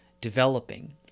developing